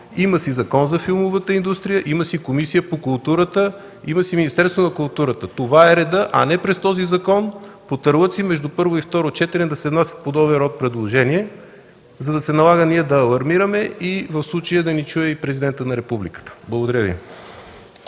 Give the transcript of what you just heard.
Има Закон за филмовата индустрия, има Комисия по културата, има Министерството на културата. Това е редът, а не през този закон „по терлици” между първо и второ четене да се внасят подобен род предложения, за да се налага ние да алармираме и в случая да ни чуе и Президентът на Републиката. Благодаря.